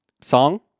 Song